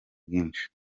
bwinshi